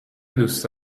دوست